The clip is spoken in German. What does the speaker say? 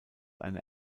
eine